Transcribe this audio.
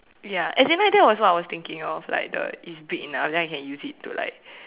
ya as in like that was what I was thinking of like the it's big enough then I can use it to like